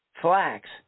flax